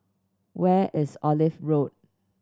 where is Olive Road